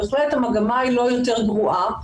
בהחלט המגמה היא לא יותר גרועה,